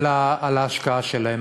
על ההשקעה שלהם,